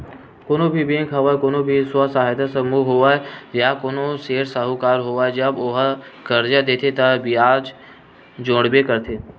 कोनो भी बेंक होवय कोनो स्व सहायता समूह होवय या कोनो सेठ साहूकार होवय जब ओहा करजा देथे म बियाज जोड़बे करथे